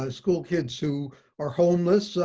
ah school kids who are homeless,